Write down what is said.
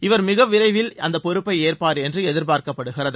இவர் மிக விரைவில் அந்த பொறுப்பை ஏற்பார் என்று எதிர்பார்க்கப்படுகிறது